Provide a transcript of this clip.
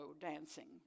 dancing